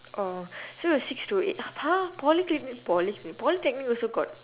oh so your six to eight !huh! polyclinic polycli~ polytechnic also got